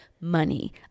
money